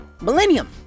millennium